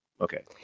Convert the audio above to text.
Okay